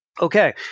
okay